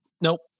Nope